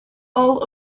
all